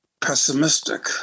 pessimistic